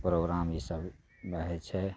programme ईसब रहय छै